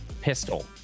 pistol